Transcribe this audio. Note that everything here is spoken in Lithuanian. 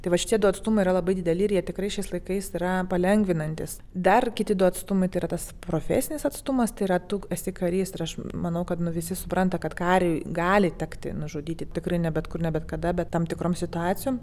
tai va šitie du atstumai yra labai dideli ir jie tikrai šiais laikais yra palengvinantys dar kiti du atstumai tai yra tas profesinis atstumas tai yra tu esi karys ir aš manau kad visi supranta kad kariui gali tekti nužudyti tikrai ne bet kur ne bet kada bet tam tikrom situacijom